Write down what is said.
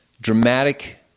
dramatic